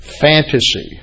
fantasy